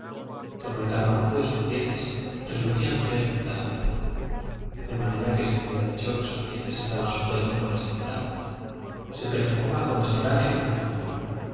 sobre cada uno de sus dientes relucían tres motas de oro de manera que se hubiera dicho que sus dientes estaban sujetos con este metal se perfumaba con estoraque y